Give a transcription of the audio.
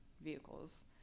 vehicles